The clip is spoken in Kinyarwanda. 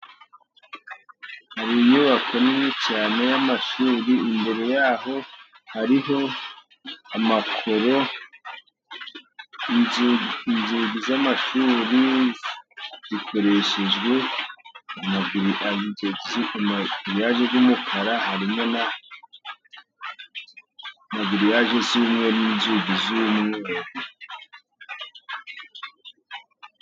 Hari inyubako nini cyane y'amashuri imbere yaho hariho amakoro inzugi z'amashuri zikoreshejwe na giriyaje y'umukara harimo na magiriyaje z'umweru n'inzugi z'umweru.